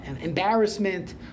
embarrassment